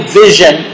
vision